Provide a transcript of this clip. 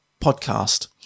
podcast